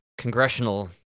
congressional